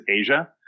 Asia